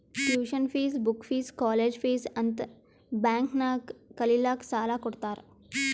tuition fees, book fees, college fees ಅಂತ್ bank ನಾಗ್ ಕಲಿಲ್ಲಾಕ್ಕ್ ಸಾಲಾ ಕೊಡ್ತಾರ್